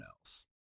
else